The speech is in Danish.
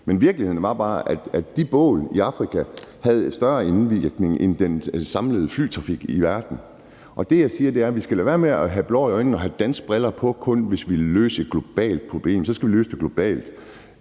men virkeligheden var bare, at de bål i Afrika havde større indvirkning end den samlede flytrafik i verden. Det, jeg siger, er, at vi skal lade være med at stikke os selv blår i øjnene og kun se på det gennem danske briller. Hvis vi vil løse et globalt problem, skal vi se på det globalt.